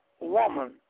woman